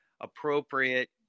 appropriate